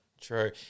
True